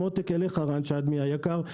עם עותק לרן שדמי היקר,